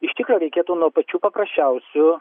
iš tikro reikėtų nuo pačių paprasčiausių